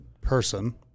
person